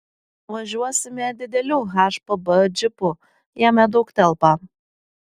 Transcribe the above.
važiuosime dideliu hpb džipu jame daug telpa